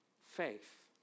faith